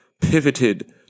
pivoted